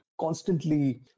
constantly